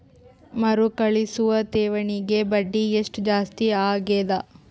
ಮರುಕಳಿಸುವ ಠೇವಣಿಗೆ ಬಡ್ಡಿ ಎಷ್ಟ ಜಾಸ್ತಿ ಆಗೆದ?